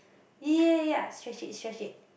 ya ya ya stretch it stretch it